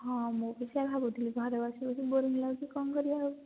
ହଁ ମୁ ବି ସେଇଆ ଭାବୁଥିଲି ଘରେ ବସି ବସି ବୋରିଙ୍ଗ ଲାଗୁଛି କ'ଣ କରିବା ଆଉ